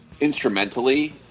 Instrumentally